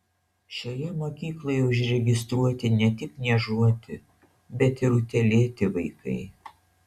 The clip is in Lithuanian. šioje mokykloje užregistruoti ne tik niežuoti bet ir utėlėti vaikai